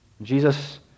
Jesus